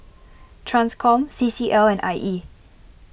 Transcom C C L and I E